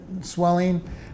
swelling